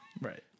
Right